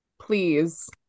please